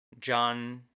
John